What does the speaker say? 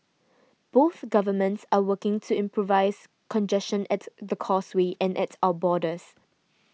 both governments are working to improve congestion at the Causeway and at our borders